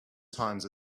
times